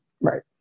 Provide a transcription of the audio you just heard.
Right